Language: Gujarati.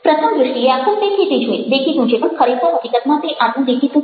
પ્રથમ દ્રષ્ટિએ આ ખૂબ દેખીતું છે પણ ખરેખર હકીકતમાં તે આટલું દેખીતું છે